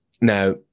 Now